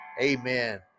Amen